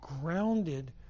grounded